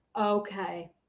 Okay